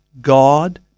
God